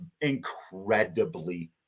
incredibly